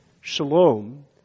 Shalom